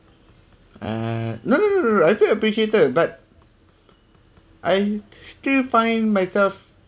uh no no no no no I feel appreciated but I still find myself